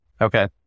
Okay